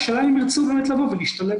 השאלה אם הם ירצו באמת לבוא ולהשתלב.